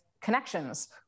connections